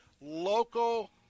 local